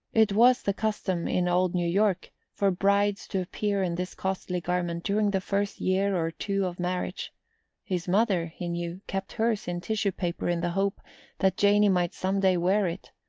it was the custom, in old new york, for brides to appear in this costly garment during the first year or two of marriage his mother, he knew, kept hers in tissue paper in the hope that janey might some day wear it,